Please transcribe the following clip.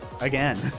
again